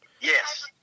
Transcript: Yes